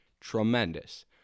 tremendous